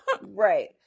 Right